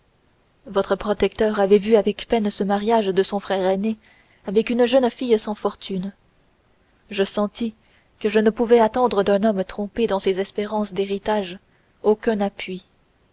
votre protecteur avait vu avec peine ce mariage de son frère aîné avec une jeune fille sans fortune je sentis que je ne pouvais attendre d'un homme trompé dans ses espérances d'héritage aucun appui